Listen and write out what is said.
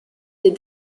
des